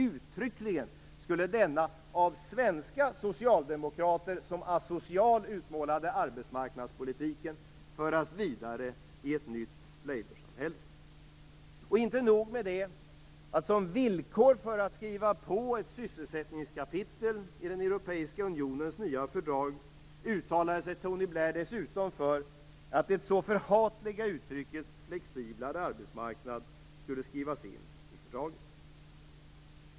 Uttryckligen skulle denna arbetsmarknadspolitik, som av svenska socialdemokrater utmålas som asocial, föras vidare i ett nytt laboursamhälle. Det är inte nog med det, utan som villkor för att skriva på ett sysselsättningskapitel i den europeiska unionens nya fördrag uttalade sig Tony Blair dessutom för att det så förhatliga uttrycket flexiblare arbetsmarknad skulle skrivas in i fördraget.